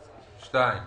טכניים,